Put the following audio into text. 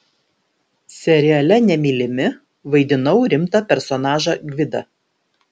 seriale nemylimi vaidinau rimtą personažą gvidą